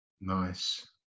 Nice